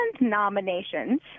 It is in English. nominations